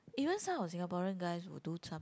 even some of the Singaporean guys will do some